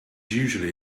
usually